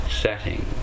setting